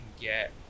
get